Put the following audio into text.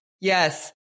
Yes